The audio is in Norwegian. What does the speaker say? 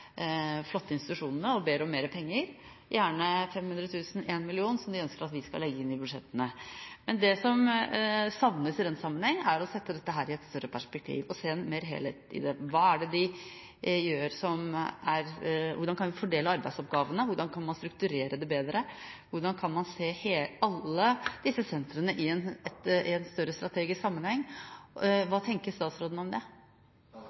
flotte institusjonene og ber om mer penger, gjerne 500 000–1000 000 kr, som de ønsker at vi skal legge inn i budsjettene. Det som savnes i den sammenheng, er å sette dette i et større perspektiv og se en helhet i det: Hvordan kan man fordele arbeidsoppgavene, hvordan kan man strukturere det bedre, hvordan kan man se alle disse sentrene i en større, strategisk sammenheng? Hva tenker statsråden om det?